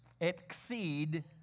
exceed